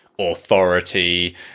authority